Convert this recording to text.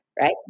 right